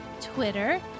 Twitter